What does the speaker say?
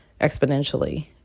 exponentially